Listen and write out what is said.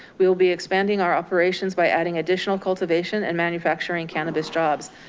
we will be expanding our operations by adding additional cultivation and manufacturing cannabis jobs.